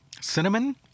cinnamon